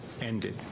ended